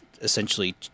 essentially